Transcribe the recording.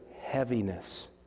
heaviness